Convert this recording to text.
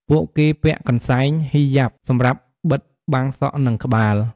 ពួកគេពាក់ កន្សែងហីយ៉ាប់ (Hijab) សម្រាប់បិទបាំងសក់ និងក្បាល។